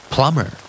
Plumber